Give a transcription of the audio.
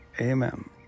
amen